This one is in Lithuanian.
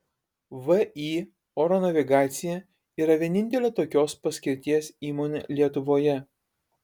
vį oro navigacija yra vienintelė tokios paskirties įmonė lietuvoje